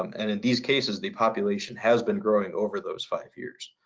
um and in these cases, the population has been growing over those five years.